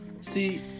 See